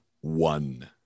One